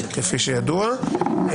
כפי שידוע.